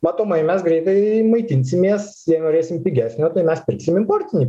matomai mes greitai maitinsimės jei norėsim pigesnio tai mes pirksim importinį